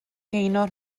gaynor